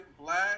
black